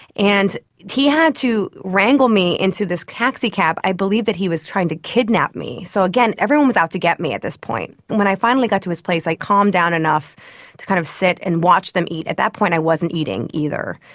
and he had to wrangle me into this taxicab. i believed that he was trying to kidnap me. so again, everyone was out to get me at this point. when i finally got to his place i'd calmed down enough to kind of sit and watch them eat. at that point i was eating either.